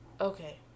okay